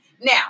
Now